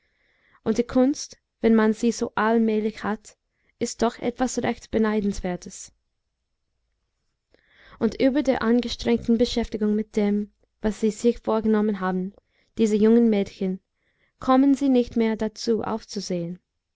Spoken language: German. und die kunst wenn man sie so allmählich hat ist doch etwas recht beneidenswertes und über der angestrengten beschäftigung mit dem was sie sich vorgenommen haben diese jungen mädchen kommen sie nicht mehr dazu aufzusehen